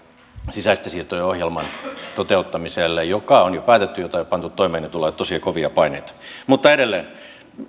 sisäisten siirtojen ohjelman toteuttamiselle joka on jo päätetty jota ei ole pantu toimeen tulee tosi kovia paineita mutta edelleen